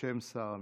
בשם שר המשפטים,